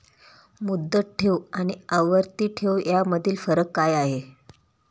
मुदत ठेव आणि आवर्ती ठेव यामधील फरक काय आहे?